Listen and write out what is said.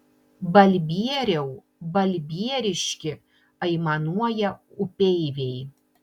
balbieriau balbieriški aimanuoja upeiviai